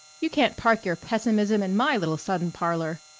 you can't park your pessimism in my little sun parlor.